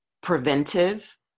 preventive